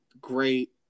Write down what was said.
great